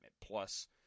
plus